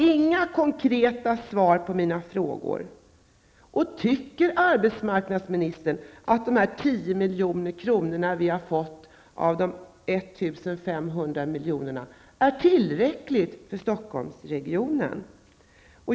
Det innehåller inga konkreta svar på mina frågor. som vi har fått av de 1 500 miljonerna är tillräckliga för Stockholmsregionen?